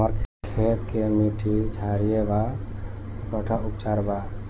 हमर खेत के मिट्टी क्षारीय बा कट्ठा उपचार बा?